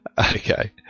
Okay